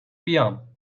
بیام